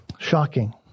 Shocking